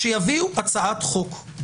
שיביאו הצעת חוק.